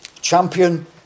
champion